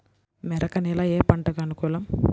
మెరక నేల ఏ పంటకు అనుకూలం?